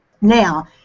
now